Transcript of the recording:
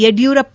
Yediyurappa